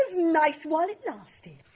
ah nice while it lasted.